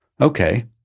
Okay